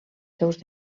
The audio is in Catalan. seus